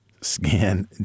scan